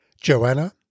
Joanna